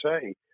say